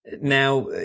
Now